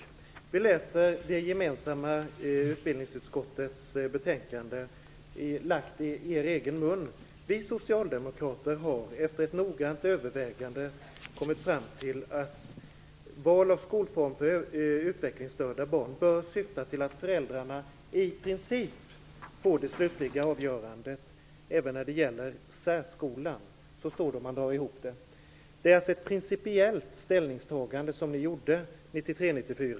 Jag läser ur utbildningsutskottets betänkande från 1993 94.